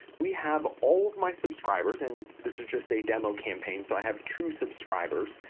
we have all of my subscribers and this is just a demo campaign, so i have two subscribers.